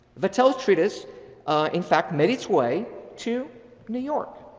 vattel's treaties in fact made its way to new york.